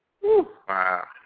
Wow